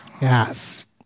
Yes